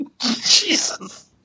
Jesus